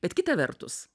bet kita vertus